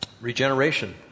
Regeneration